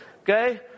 Okay